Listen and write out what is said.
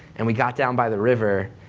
and we got down by the river,